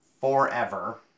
forever